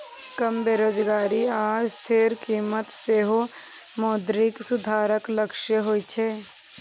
कम बेरोजगारी आ स्थिर कीमत सेहो मौद्रिक सुधारक लक्ष्य होइ छै